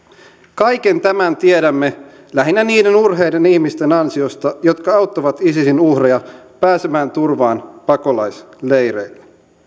kaiken tämän tiedämme lähinnä niiden urheiden ihmisten ansiosta jotka auttavat isisin uhreja pääsemään turvaan pakolaisleireille